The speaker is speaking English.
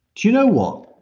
do you know what?